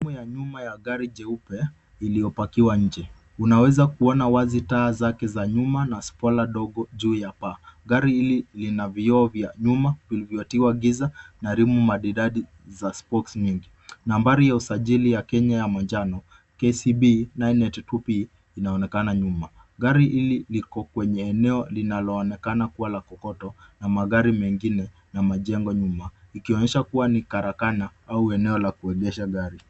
Sehemu ya nyuma ya gari jeupe iliyopakiwa nje. Unaweza kuona wazi taa zake za nyuma na spoiler dogo juu ya paa. Gari hili lina vioo vya nyuma vilivyotiwa giza na rimu maridadi za spoke mingi. Nambari za usajili ya Kenya ya manjano KCB 982P inaonekana nyuma. Gari hili liko kwenye eneo linaloonekana kuwa la kokoto na magari mengine na majengo nyuma ikionyesha kuwa ni karakana au eneo la kuegesha gari.